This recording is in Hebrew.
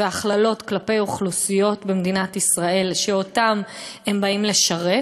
והכללות כלפי אוכלוסיות במדינת ישראל שאותן הם באים לשרת,